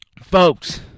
Folks